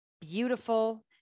beautiful